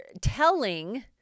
telling